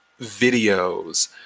videos